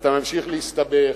ואתה ממשיך להסתבך,